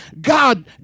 God